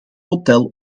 hotel